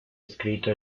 escrito